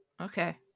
Okay